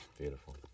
Beautiful